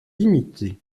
limitées